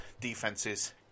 defenses